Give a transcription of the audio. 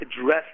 address